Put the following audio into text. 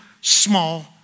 small